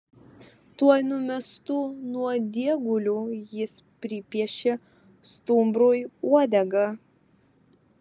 tuoj numestu nuodėguliu jis pripiešė stumbrui uodegą